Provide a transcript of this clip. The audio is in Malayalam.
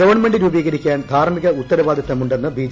ഗവൺമെന്റ് രൂപീകരിക്കാൻ ധാർമ്മിക ഉത്തരവാദിത്തമുണ്ടെന്ന് ബി